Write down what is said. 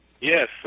Yes